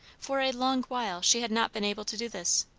for a long while she had not been able to do this,